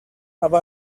how